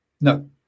No